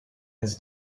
this